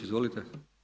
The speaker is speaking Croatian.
Izvolite.